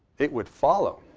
it would follow,